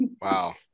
wow